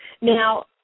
Now